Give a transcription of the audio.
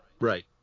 Right